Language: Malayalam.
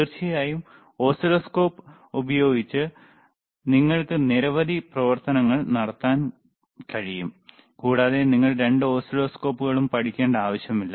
തീർച്ചയായും ഓസിലോസ്കോപ്പ് ഉപയോഗിച്ച് നിങ്ങൾക്ക് നിരവധി പ്രവർത്തനങ്ങൾ നടത്താൻ കഴിയും കൂടാതെ നിങ്ങൾ രണ്ട് ഓസിലോസ്കോപ്പുകളും പഠിക്കേണ്ട ആവശ്യമില്ല